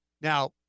now